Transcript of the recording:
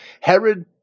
Herod